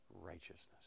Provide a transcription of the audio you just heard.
righteousness